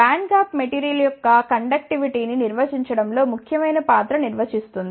band gap material యొక్క కండక్టివ్ టీను నిర్వచించడంలో ముఖ్యమైన పాత్రను నిర్వచిస్తుంది